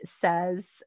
says